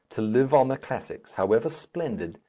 to live on the classics, however splendid,